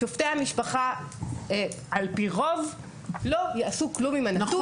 שופטי המשפחה על פי רוב לא יעשו כלום עם הנתון.